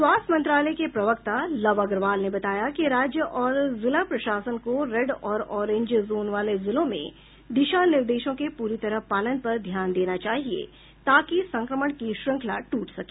स्वास्थ्य मंत्रालय के प्रवक्ता लव अग्रवाल ने बताया कि राज्य और जिला प्रशासन को रेड और ओरेंज जोन वाले जिलों में दिशा निर्देशों के पूरी तरह पालन पर ध्यान देना चाहिए ताकि संक्रमण की श्रृंखला टूट सके